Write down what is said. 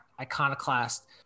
iconoclast